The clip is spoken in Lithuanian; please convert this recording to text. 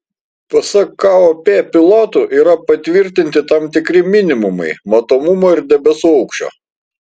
pasak kop pilotų yra patvirtinti tam tikri minimumai matomumo ir debesų aukščio